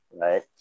Right